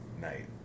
night